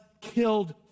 killed